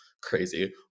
crazy